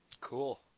Cool